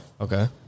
Okay